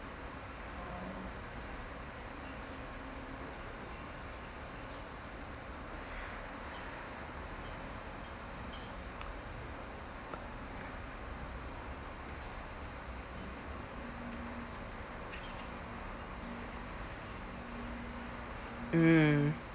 mm